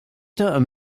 and